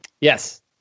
Yes